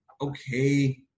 okay